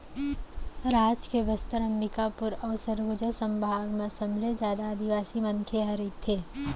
राज के बस्तर, अंबिकापुर अउ सरगुजा संभाग म सबले जादा आदिवासी मनखे ह रहिथे